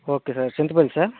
okay sir Chintapalli sir